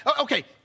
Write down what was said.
Okay